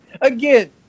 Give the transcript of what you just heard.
again